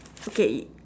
okay